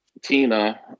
tina